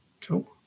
Cool